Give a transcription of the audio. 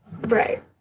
Right